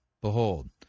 Behold